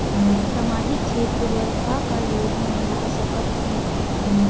सामाजिक क्षेत्र बर का का योजना बना सकत हन?